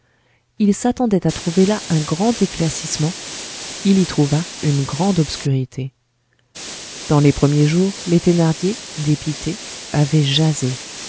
il s'attendait à trouver là un grand éclaircissement il y trouva une grande obscurité dans les premiers jours les thénardier dépités avaient jasé